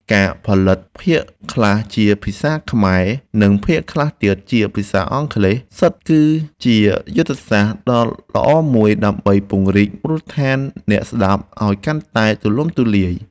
ការផលិតភាគខ្លះជាភាសាខ្មែរសុទ្ធ និងភាគខ្លះទៀតជាភាសាអង់គ្លេសសុទ្ធគឺជាយុទ្ធសាស្ត្រដ៏ល្អមួយដើម្បីពង្រីកមូលដ្ឋានអ្នកស្តាប់ឱ្យកាន់តែទូលំទូលាយ។